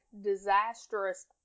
disastrous